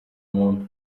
muntu